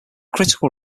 critical